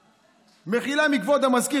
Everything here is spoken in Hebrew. מחילה מכבוד המזכיר,